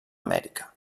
amèrica